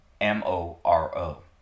M-O-R-O